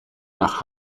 nach